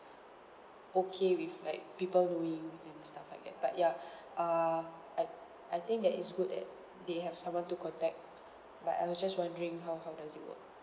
okay with like people knowing and stuff like that but ya err I I think that is good that they have someone to contact but I was just wondering how how does it work